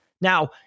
Now